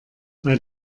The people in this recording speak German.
bei